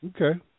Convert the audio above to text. Okay